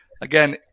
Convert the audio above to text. again